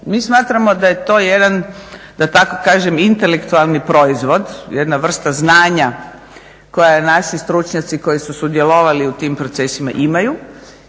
Mi smatramo da je to jedan da tako kažem intelektualni proizvod, jedna vrsta znanja koja je naši stručnjaci koji su sudjelovali u tim procesima imaju